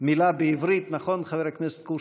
מילה בעברית, נכון, חבר הכנסת קושניר?